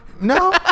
no